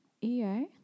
EA